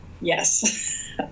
Yes